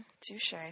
Touche